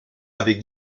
avait